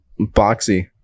boxy